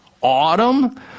autumn